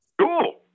Cool